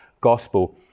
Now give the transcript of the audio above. gospel